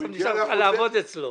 בסוף נשלח אותך לעבוד אצלו.